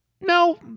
no